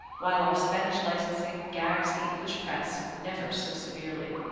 while our spanish licensing gags the english press never so severely.